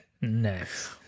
Nice